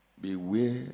Beware